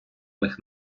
них